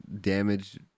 damage